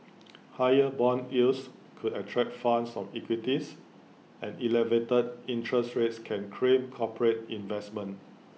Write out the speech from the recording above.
higher Bond yields could attract funds of equities and elevated interest rates can crimp corporate investment